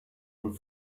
and